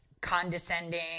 condescending